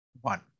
one